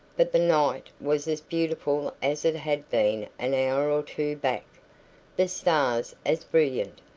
but the night was as beautiful as it had been an hour or two back the stars as brilliant,